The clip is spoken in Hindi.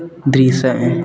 दृश्य